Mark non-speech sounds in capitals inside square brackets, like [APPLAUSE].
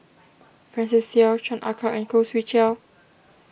[NOISE] Francis Seow Chan Ah Kow and Khoo Swee Chiow